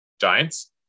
Giants